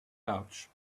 pouch